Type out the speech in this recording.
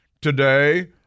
Today